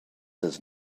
does